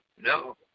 No